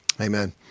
Amen